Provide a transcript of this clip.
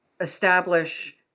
establish